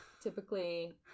typically